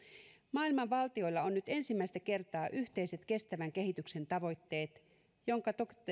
maailman valtioilla on nyt ensimmäistä kertaa yhteiset kestävän kehityksen tavoitteet joiden